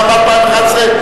גם ב-2011,